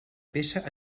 peça